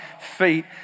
feet